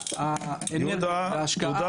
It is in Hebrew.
מיקרוסופט,